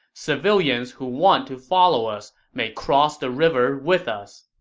civilians who want to follow us may cross the river with us.